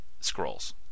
scrolls